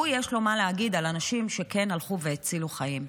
יש לו מה להגיד על אנשים שכן הלכו והצילו חיים.